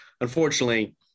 unfortunately